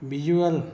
visual